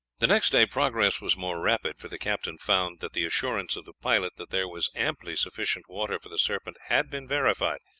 the next day progress was more rapid, for the captain found that the assurance of the pilot that there was amply sufficient water for the serpent had been verified,